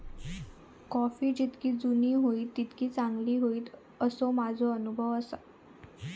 coffee जितकी जुनी होईत तितकी चांगली होईत, असो माझो अनुभव आसा